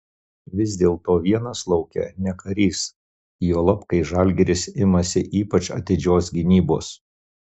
vis dėlto vienas lauke ne karys juolab kai žalgiris imasi ypač atidžios gynybos